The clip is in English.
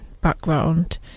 background